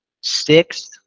six